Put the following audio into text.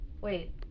Wait